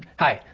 hi.